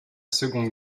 seconde